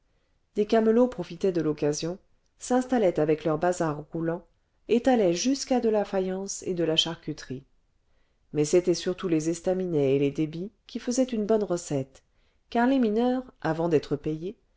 des camelots profitaient de l'occasion s'installaient avec leurs bazars roulants étalaient jusqu'à de la faïence et de la charcuterie mais c'étaient surtout les estaminets et les débits qui faisaient une bonne recette car les mineurs avant d'être payés